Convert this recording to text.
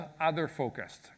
other-focused